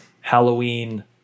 Halloween